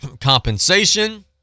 compensation